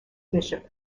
bishop